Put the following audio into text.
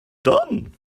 done